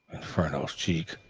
infernal cheek!